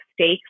stakes